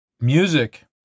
music